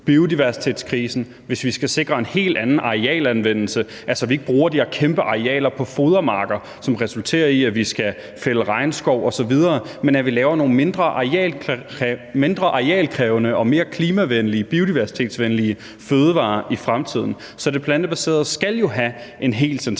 biodiversitetskrisen, og hvis vi skal sikre en helt anden arealanvendelse, så vi ikke bruger de her kæmpe arealer til fodermarker, som resulterer i, at vi skal fælde regnskov osv., men så vi laver nogle mindre arealkrævende og mere klima- og biodiversitetsvenlige fødevarer i fremtiden. Så det plantebaserede skal jo have en helt central